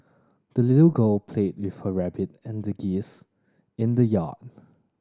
the little girl played with her rabbit and geese in the yard